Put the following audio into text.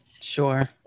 Sure